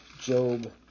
Job